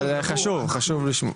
אבל חשוב לשמוע,